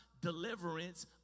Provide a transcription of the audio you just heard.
deliverance